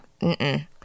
mm-mm